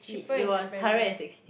he it was hundred and sixty